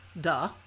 duh